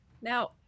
Now